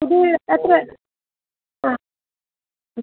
ഇത് എത്ര ആ ഉം